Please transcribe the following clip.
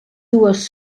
dues